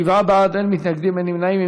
שבעה בעד, אין מתנגדים, אין נמנעים.